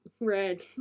Red